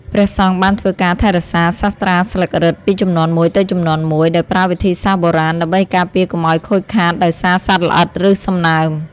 ព្រះសង្ឃបានធ្វើការថែរក្សាសាត្រាស្លឹករឹតពីជំនាន់មួយទៅជំនាន់មួយ ដោយប្រើវិធីសាស្ត្របុរាណ ដើម្បីការពារកុំឱ្យខូចខាតដោយសារសត្វល្អិត ឬសំណើម។